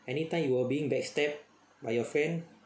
anytime you were being back stabbed by your friend